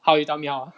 how you tell me how